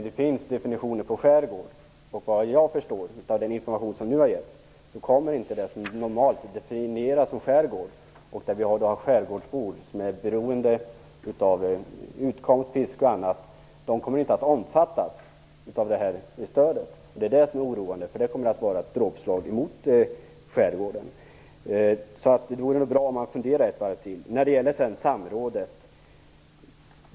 Det finns definitioner på skärgård, och efter vad jag förstår av den information som nu har getts kommer inte det som normalt definieras som skärgård, där det bor skärgårdsbor som för sin utkomst är beroende av fiske och annat, att omfattas av det här stödet. Det är det som är oroande, eftersom det kommer att innebära ett dråpslag mot skärgården. Det vore därför bra om man funderade ett varv till på frågan. Sedan till frågan om samrådet.